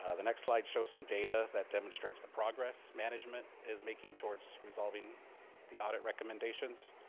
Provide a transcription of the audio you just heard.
ah the next slide shows some data that demonstrates the progress management is making towards resolving the audit recommendations.